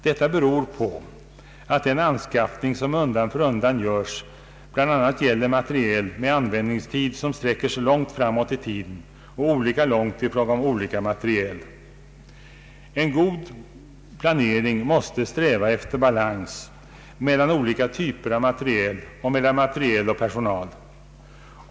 Detta beror på att den anskaffning som undan för undan göres bl.a. gäller materiel med användningstid som sträcker sig långt framåt i tiden och olika långt i fråga om olika materiel. En god planering måste sträva efter balans mellan olika typer av materiel och mellan materiel och personal.